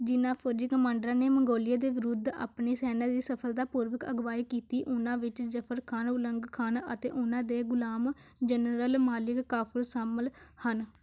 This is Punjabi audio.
ਜਿਨ੍ਹਾਂ ਫੌਜੀ ਕਮਾਂਡਰਾਂ ਨੇ ਮੰਗੋਲੀਆਂ ਦੇ ਵਿਰੁੱਧ ਆਪਣੀ ਸੈਨਾ ਦੀ ਸਫ਼ਲਤਾ ਪੂਰਵਕ ਅਗਵਾਈ ਕੀਤੀ ਉਹਨਾਂ ਵਿੱਚ ਜ਼ਫ਼ਰ ਖਾਨ ਉਲੰਗ ਖਾਨ ਅਤੇ ਉਹਨਾਂ ਦੇ ਗੁਲਾਮ ਜਨਰਲ ਮਲਿਕ ਕਾਫ਼ੂਰ ਸ਼ਾਮਲ ਹਨ